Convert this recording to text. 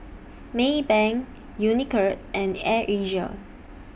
Maybank Unicurd and Air Asia